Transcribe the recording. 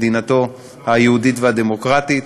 מדינתו היהודית והדמוקרטית.